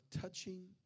touching